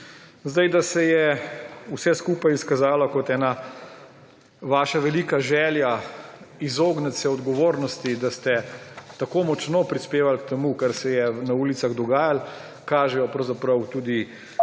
Sedaj, da se je vse skupaj izkazalo kot ena vaša velika želja izogniti se odgovornosti, da ste tako močno prispevali k temu, kar se je na ulicah dogajalo, kažejo pravzaprav tudi